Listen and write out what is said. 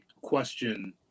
question